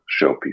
showpiece